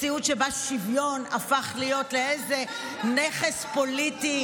מציאות שבה שוויון הפך להיות איזה נכס פוליטי